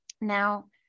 Now